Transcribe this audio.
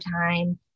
time